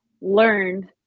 learned